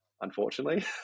unfortunately